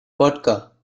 vodka